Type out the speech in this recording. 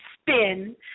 spin